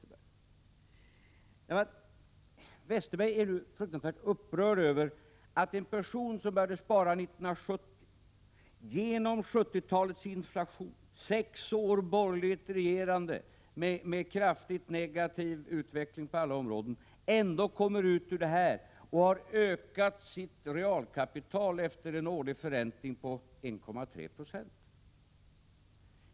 Bengt Westerberg är nu fruktansvärt upprörd över att en person som började spara 1970, trots 1970-talets inflation och sex år av borgerligt regerande med kraftigt negativ utveckling på alla områden, klarar detta och har ökat sitt realkapital efter en årlig förräntning på 1,3 96.